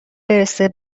برسه